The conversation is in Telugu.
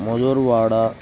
మోదరువాడ